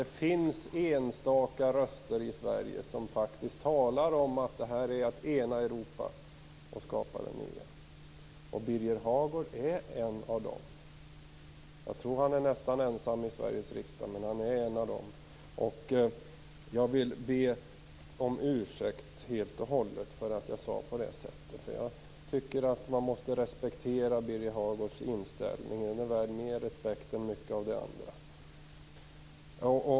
Det finns enstaka röster i Sverige som faktiskt talar om att detta är att ena Europa och skapa det nya. Birger Hagård är en av dem. Jag tror att han är nästan ensam i Sveriges riksdag, men han är en av dessa röster. Jag vill helt och hållet be om ursäkt för mitt sätt att uttrycka mig. Jag tycker att man måste respektera Birger Hagårds inställning. Den är värd mer respekt än mycket av det andra.